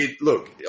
look